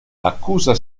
accusa